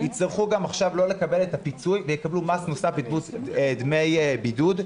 יצטרכו גם עכשיו לא לקבל את הפיצוי ויקבלו מס נוסף בדמות דמי בידוד.